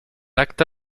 acta